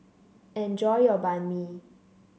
enjoy your Banh Mi